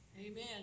Amen